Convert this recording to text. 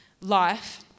life